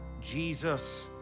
Jesus